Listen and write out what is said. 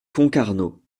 concarneau